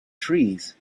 trees